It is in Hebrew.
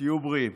תהיו בריאים.